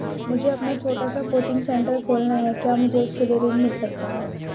मुझे अपना छोटा सा कोचिंग सेंटर खोलना है क्या मुझे उसके लिए ऋण मिल सकता है?